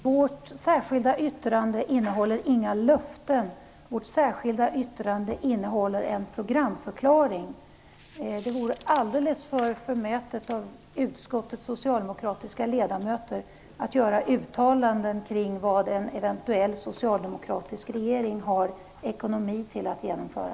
Herr talman! Vårt särskilda yttrande innehåller inga löften. Vårt särskilda yttrande innehåller en programförklaring. Det vore förmätet av utskottets socialdemokratiska ledamöter att göra uttalanden kring vad en eventuell socialdemokratisk regering har ekonomi till att genomföra.